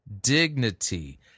dignity